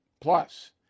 Plus